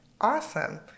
awesome